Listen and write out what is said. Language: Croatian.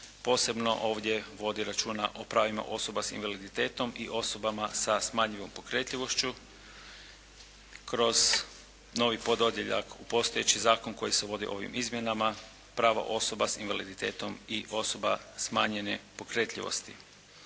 posebno ovdje vodi računa o pravima osoba s invaliditetom i osobama sa smanjivom pokretljivošću kroz novi pododjeljak u postojeći zakon koji se vodi ovim izmjenama, prava osoba s invaliditetom i osoba smanjene pokretljivosti.